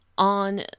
On